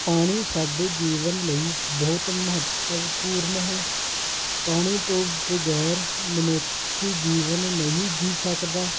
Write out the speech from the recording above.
ਪਾਣੀ ਸਾਡੇ ਜੀਵਨ ਲਈ ਬਹੁਤ ਮਹੱਤਵਪੂਰਨ ਹੈ ਪਾਣੀ ਤੋਂ ਵਗੈਰ ਮਨੁੱਖੀ ਜੀਵਨ ਨਹੀਂ ਜੀ ਸਕਦਾ